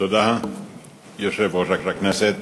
תודה ליושב-ראש הכנסת